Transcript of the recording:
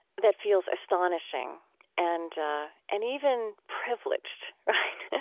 that feels astonishing and and even privileged, right?